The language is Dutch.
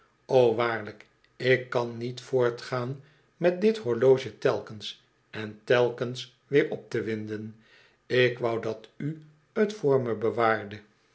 waarlijk ik kan niet voortgaan met dit horloge telkens en telkens weer op te winden ik wou dat u t voor me bewaarde